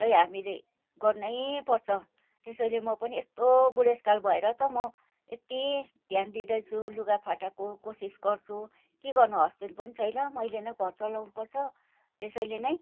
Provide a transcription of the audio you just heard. चाहिँ हामीले गर्नैपर्छ त्यसैले म पनि यस्तो बुढेसकाल भएर त म यति ध्यान दिँदैछु लुगा फाटाको कोसिस गर्छु के गर्नु हसबेन्ड पनि छैन मैले नै घर चलाउनु पर्छ त्यसैले नै